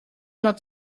not